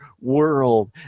world